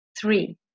Three